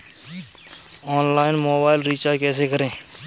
Online mobile recharge कैसे करें?